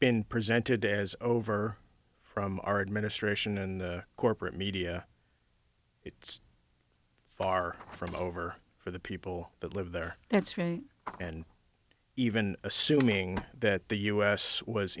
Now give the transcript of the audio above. been presented as over from our administration and corporate media it's far from over for the people that live there that's right and even assuming that the us was